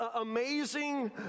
amazing